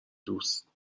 دوست